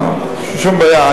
אין שום בעיה.